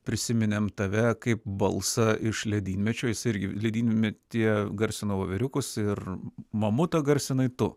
prisiminėm tave kaip balsą iš ledynmečio jis irgi ledynmetyje garsino vovėriukus ir mamutą garsinai tu